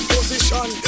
Position